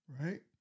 right